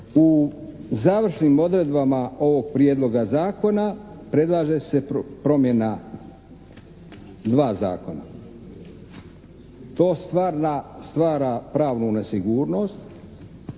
U završnim odredbama ovog prijedloga zakona predlaže se promjena dva zakona. To stvara pravnu nesigurnost,